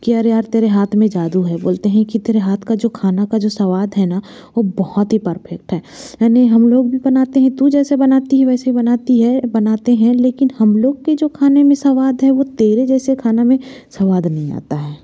कि अरे यार तेरे हाथ में जादू है बोलते हैं कि तेरे हाथ का जो खाना का जो स्वाद है न वह बहुत ही परफेक्ट है यानि हम लोग भी बनाते हैं तू जैसे बनाती है वैसे बनाती है बनाते हैं लेकिन हम लोग के जो खाने में स्वाद है वह तेरे जैसे खाना में स्वाद नहीं आता है